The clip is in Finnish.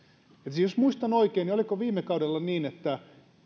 jos muistan oikein niin oliko viime kaudella niin että